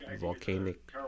volcanic